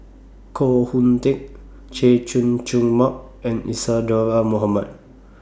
Koh Hoon Teck Chay Jung Jun Mark and Isadhora Mohamed